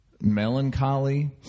melancholy